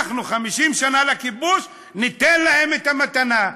אנחנו 50 שנה לכיבוש, ניתן להם את המתנה.